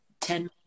ten